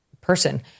person